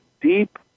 deep